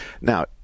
Now